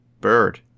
bird